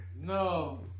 No